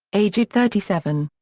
aged thirty seven.